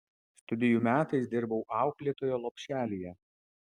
studijų metais dirbau auklėtoja lopšelyje